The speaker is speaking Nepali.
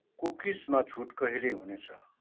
कुकिसमा छुट कहिले हुनेछ